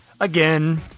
Again